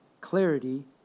Clarity